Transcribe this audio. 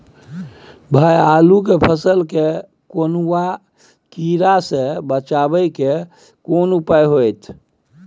भाई आलू के फसल के कौनुआ कीरा से बचाबै के केना उपाय हैयत?